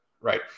right